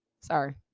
sorry